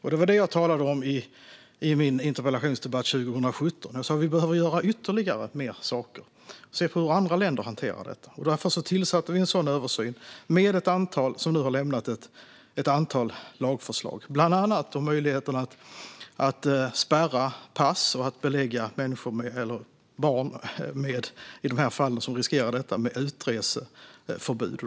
Det var det jag talade om i interpellationsdebatten 2017. Jag sa att vi behövde göra ytterligare saker och se på hur andra länder hanterar det här. Därför beslutade vi om en sådan översyn, och den har nu resulterat i ett antal lagförslag, bland annat om möjligheten att spärra pass och att belägga barn, som i de här fallen riskerar att utsättas, med utreseförbud.